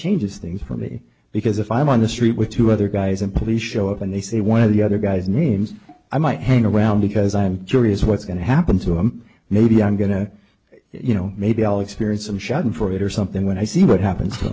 changes things for me because if i'm on the street with two other guys and police show up and they say one of the other guys names i might hang around because i'm curious what's going to happen to him maybe i'm going to you know maybe i'll experience some shouting for it or something when i see what happens